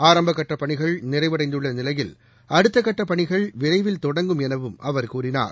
ஆரம்ப ்கட்ட பணிகள் நிறைவடந்துள்ள நிலையில் அடுத்த கட்ட பணிகள் விரைவில் தொடங்கும் எனவும் அவர் கூறினார்